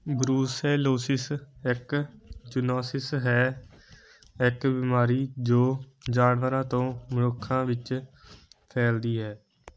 brucellosis ਇੱਕ zoonosis ਹੈ ਇੱਕ ਬਿਮਾਰੀ ਜੋ ਜਾਨਵਰਾਂ ਤੋਂ ਮਨੁੱਖਾਂ ਵਿੱਚ ਫੈਲਦੀ ਹੈ